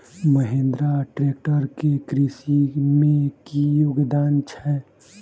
Mahindra tractor केँ कृषि मे की योगदान छै?